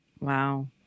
Wow